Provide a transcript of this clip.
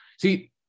See